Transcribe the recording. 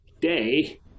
day